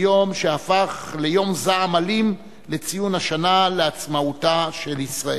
ביום שהפך ליום זעם אלים לציון יום השנה לעצמאותה של ישראל.